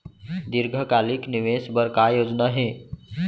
दीर्घकालिक निवेश बर का योजना हे?